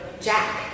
Jack